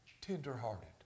tenderhearted